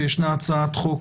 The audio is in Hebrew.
שנדע שישנה הצעת חוק